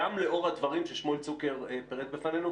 גם לאור הדברים ששמואל צוקר פירט בפנינו?